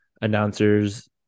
announcers